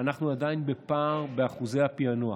אנחנו עדיין בפער באחוזי הפענוח.